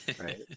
right